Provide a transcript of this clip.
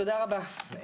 תודה רבה.